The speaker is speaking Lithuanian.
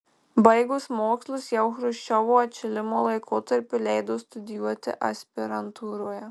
baigus mokslus jau chruščiovo atšilimo laikotarpiu leido studijuoti aspirantūroje